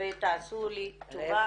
שלוש